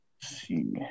see